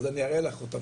אז אני אראה לך אותם,